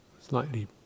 slightly